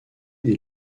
des